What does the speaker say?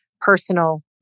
personal